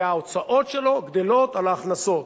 וההוצאות שלו גדלות על ההכנסות.